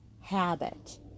habit